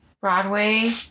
Broadway